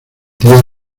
día